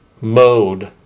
mode